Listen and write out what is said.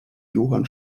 johann